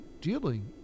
dealing